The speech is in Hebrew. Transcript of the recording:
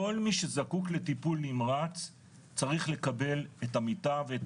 כל מי שזקוק לטיפול נמרץ צריך לקבל את המיטה ואת